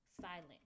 silent